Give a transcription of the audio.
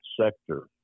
sector